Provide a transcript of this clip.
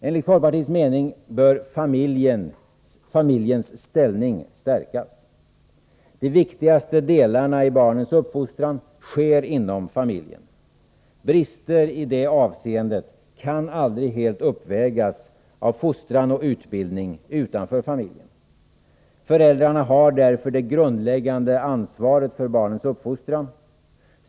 Enligt folkpartiets mening bör familjens ställning stärkas. De viktigaste delarna i barnens uppfostran sker inom familjen. Brister i detta avseende kan aldrig helt uppvägas av fostran och utbildning utanför familjen. Föräldrarna har därför det grundläggande ansvaret för barnens uppfostran.